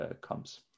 comes